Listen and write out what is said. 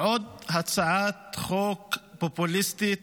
זו עוד הצעת חוק פופוליסטית